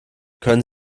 können